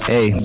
Hey